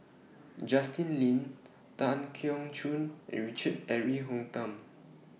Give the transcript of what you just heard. Justin Lean Tan Keong Choon and Richard Eric Holttum